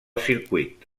circuit